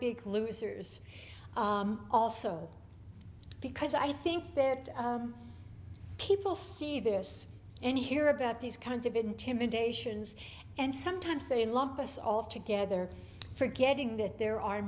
big losers also because i think that people see this and hear about these kinds of intimidations and sometimes they lump us all together forgetting that there are